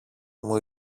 μου